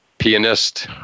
Pianist